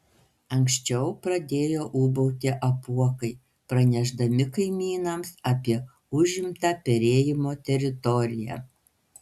anksčiau pradėjo ūbauti apuokai pranešdami kaimynams apie užimtą perėjimo teritoriją